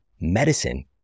medicine